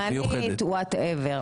מיוחדת, זמנית, what ever.